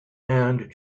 and